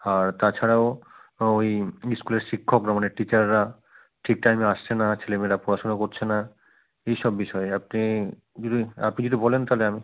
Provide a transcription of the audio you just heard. আর তাছাড়াও ওই ইস্কুলের শিক্ষকরা মানে টিচাররা ঠিক টাইমে আসছে না ছেলেমেয়েরা পড়াশুনা করছে না এই সব বিষয়ে আপনি যদি আপনি যদি বলেন তাহলে আমি